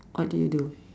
what do you do